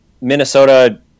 Minnesota